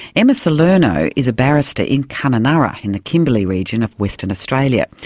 emma salerno is a barrister in kununurra, in the kimberley region of western australia.